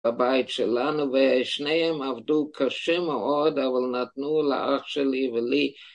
בבית שלנו, השניהם עבדו קשה מאוד, אבל נתנו לאח שלי ולי